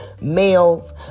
males